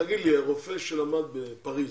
רופא שלמד בפריס